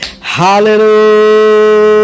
Hallelujah